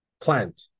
plant